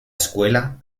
escuela